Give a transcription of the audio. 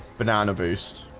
banana boost